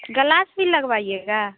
गलास भी लगवाइएगा